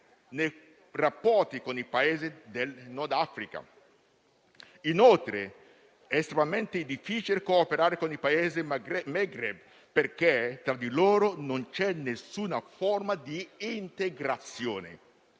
nei rapporti con i Paesi del Nord Africa. È inoltre estremamente difficile cooperare con i Paesi del Maghreb, perché tra di loro non c'è alcuna forma di integrazione.